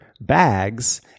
bags